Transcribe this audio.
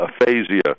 aphasia